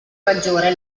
maggiore